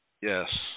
Yes